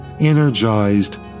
energized